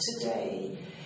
today